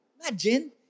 Imagine